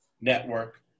network